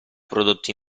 prodotto